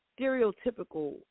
stereotypical